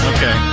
Okay